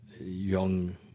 young